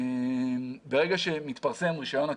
ברגע שמתפרסם רישיון הכריתה,